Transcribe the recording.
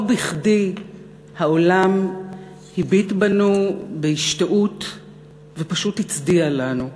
לא בכדי העולם הביט בנו בהשתאות ופשוט הצדיע לנו.